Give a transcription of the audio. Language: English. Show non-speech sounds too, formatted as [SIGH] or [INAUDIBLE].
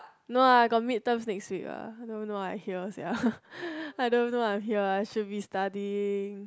no lah I got mid terms next week ah don't know why I here sia [LAUGHS] I don't know why I'm here should be studying